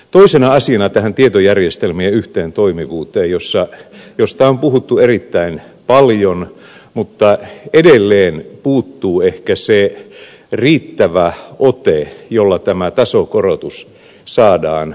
toisena asiana tähän tietojärjestelmien yhteentoimivuuteen josta on puhuttu erittäin paljon mutta edelleen puuttuu ehkä se riittävä ote jolla tämä tasokorotus saadaan aikaiseksi